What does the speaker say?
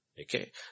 okay